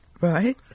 Right